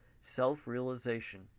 self-realization